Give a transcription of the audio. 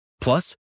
Plus